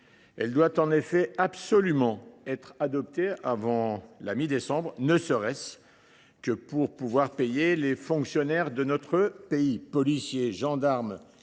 Elle doit en effet absolument être adoptée avant la mi décembre, ne serait ce que pour pouvoir payer les fonctionnaires de notre pays. Policiers, gendarmes,